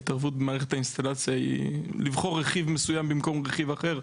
ההתערבות במערכת האינסטלציה היא לבחור רכיב מסוים במקום רכיב אחר.